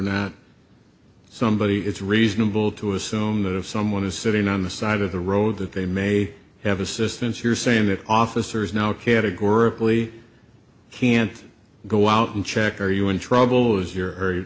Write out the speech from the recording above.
not somebody it's reasonable to assume that if someone is sitting on the side of the road that they may have assistance you're saying that officers now categorically can't go out and check are you in trouble as your